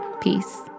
Peace